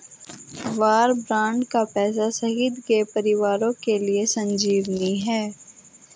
वार bond का पैसा शहीद के परिवारों के लिए संजीवनी है